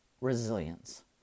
resilience